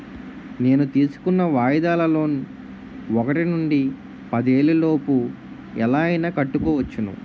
నేను తీసుకున్న వాయిదాల లోన్ ఒకటి నుండి పదేళ్ళ లోపు ఎలా అయినా కట్టుకోవచ్చును